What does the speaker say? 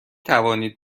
توانید